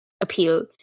appeal